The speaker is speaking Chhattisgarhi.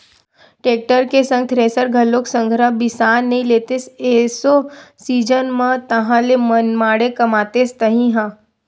टेक्टर के संग थेरेसर घलोक संघरा बिसा नइ लेतेस एसो सीजन म ताहले मनमाड़े कमातेस तही ह